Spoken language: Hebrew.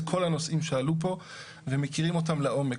כל הנושאים שעלו פה ומכירים אותם לעומק,